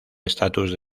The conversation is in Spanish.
estatus